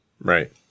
Right